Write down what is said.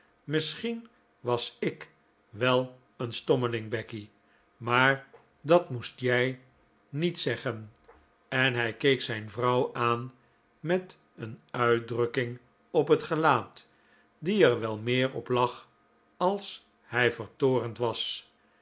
misschien was ik wel een stommeling becky maar dat moest jij niet zeggen en hij keek zijn vrouw aan met een uitdrukking op het gelaat die er wel meer op lag als hij vertoornd was